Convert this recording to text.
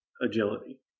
agility